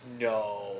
no